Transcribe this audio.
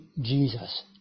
Jesus